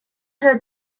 heard